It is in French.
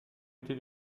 été